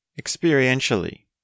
Experientially